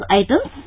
items